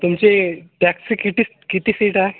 तुमची टॅक्सी किती किती सीट आहे